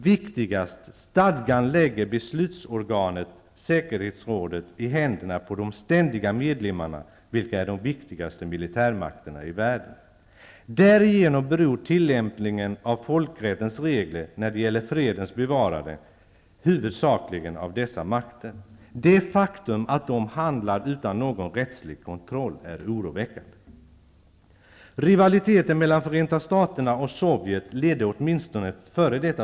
Viktigast är -- stadgan lägger beslutsorganet, säkerhetsrådet, i händerna på de ständiga medlemmarna, vilka är de viktigaste militärmakterna i världen. Därigenom beror tillämpningen av folkrättens regler, när det gäller fredens bevarande, huvudsakligen av dessa makter. Det faktum att de handlar utan någon rättslig kontroll är oroväckande.